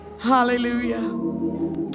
Hallelujah